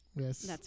yes